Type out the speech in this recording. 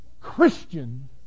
Christian